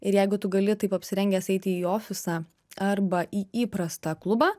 ir jeigu tu gali taip apsirengęs eiti į ofisą arba į įprastą klubą